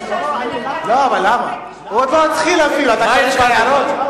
הוא אפילו עוד לא התחיל, וכבר יש לך הערות?